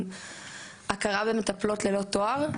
הכרה במטפלות ללא תואר.